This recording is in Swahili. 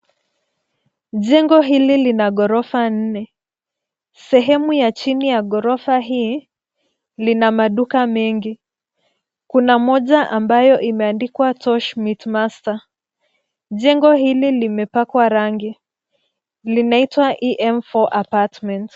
Jengo hili lina ghorofa nne. Sehemu ya chini ya ghorofa hii lina maduka mengi. Kuna moja ambayo imeandikuwa Tosh Meat Master. Jengo hili limepakwa rangi, linaitwa EM4 Apartment.